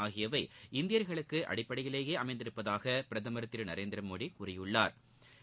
ஆகியவை இந்தியா்களுக்கு அடிப்படையிலேயே அமைந்துள்ளதாக பிரதமா் திரு நரேந்திர மோடி கூறியுள்ளாா்